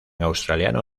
australiano